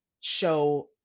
show